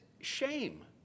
shame